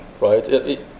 right